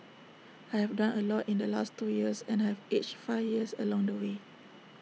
I have done A lot in the last two years and I have aged five years along the way